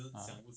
ah